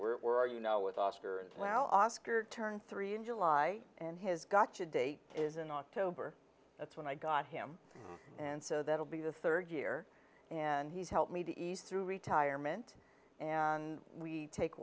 where we're you know with oscar well oscar turns three in july and his got to date is in october that's when i got him and so that'll be the third year and he's helped me the east through retirement and we take